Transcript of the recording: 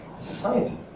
society